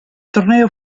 torneo